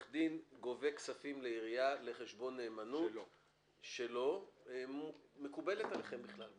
גובה כספים לעירייה לחשבון נאמנות שלו מקובלת עליכם בכלל?